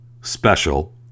special